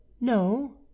No